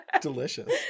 Delicious